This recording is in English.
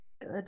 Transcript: Good